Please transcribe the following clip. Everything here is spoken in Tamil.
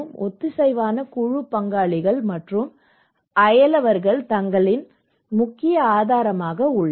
ஒத்திசைவான குழு பங்காளிகள் மற்றும் அயலவர்கள் தகவல்களின் முக்கிய ஆதாரமாக உள்ளனர்